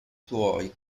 tuoi